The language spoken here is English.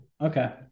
Okay